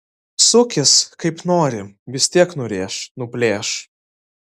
sukis kaip nori vis tiek nurėš nuplėš